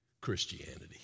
Christianity